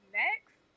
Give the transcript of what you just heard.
next